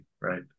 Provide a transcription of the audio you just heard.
Right